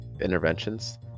interventions